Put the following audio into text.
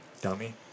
Dummy